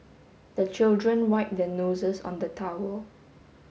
the children wipe their noses on the towel